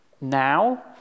now